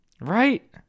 Right